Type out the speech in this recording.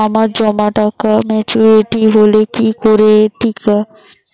আমার জমা টাকা মেচুউরিটি হলে কি করে সেটা তুলব?